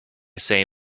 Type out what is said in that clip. say